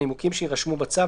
מנימוקים שיירשמו בצו,